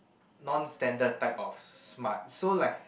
non standard type of smart so like